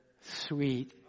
Sweet